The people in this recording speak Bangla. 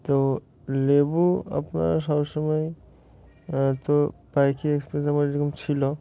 তো লেবু আপনার সবসময় তো বাইকে এক্সপিরিয়েন্স আমার এরকম ছিল